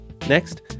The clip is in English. Next